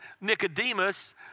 Nicodemus